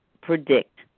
predict